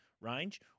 range